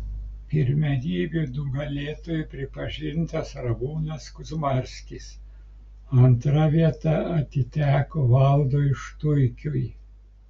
pirmenybių nugalėtoju pripažintas ramūnas kuzmarskis antra vieta atiteko valdui štuikiui